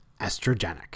estrogenic